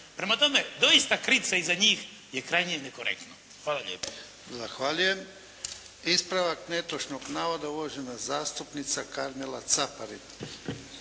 Prema tome, doista kriti se iza njih je krajnje nekorektno. Hvala lijepo. **Jarnjak, Ivan (HDZ)** Zahvaljujem. Ispravak netočnog navoda uvažena zastupnica Karmela Caparin.